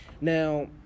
Now